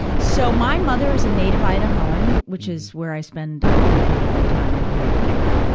so, my mother's a native idahoan, which is where i spend a great deal of my time i grew up there.